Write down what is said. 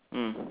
mm